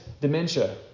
dementia